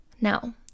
Now